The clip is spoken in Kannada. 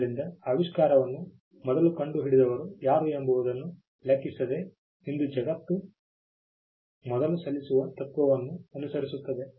ಆದ್ದರಿಂದ ಆವಿಷ್ಕಾರವನ್ನು ಮೊದಲು ಕಂಡುಹಿಡಿದವರು ಯಾರು ಎಂಬುದನ್ನು ಲೆಕ್ಕಿಸದೆ ಇಂದು ಜಗತ್ತು ಮೊದಲು ಸಲ್ಲಿಸುವ ತತ್ವವನ್ನು ಅನುಸರಿಸುತ್ತದೆ